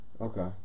Okay